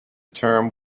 term